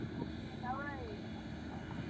कतेक लेबै दक्षिणा